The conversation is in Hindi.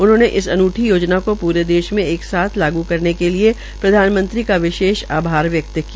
उन्होंने इस अन्ठी योजना को प्रे देश मे एक साथ लागू करेने के लिए प्रधानमंत्री का विशेष आभार व्यक्त किया